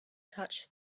touched